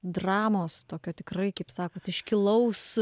dramos tokio tikrai kaip sakot iškilaus